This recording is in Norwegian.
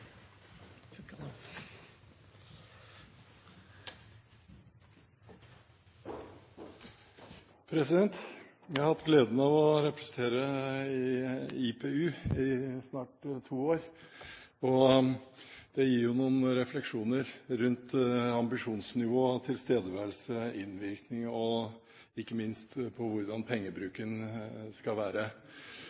Jeg har hatt gleden av å representere i IPU i snart to år, og det gir noen refleksjoner rundt ambisjonsnivå, tilstedeværelse, innvirkning og ikke minst hvordan pengebruken skal være.